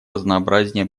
разнообразие